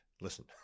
listen